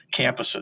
campuses